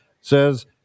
says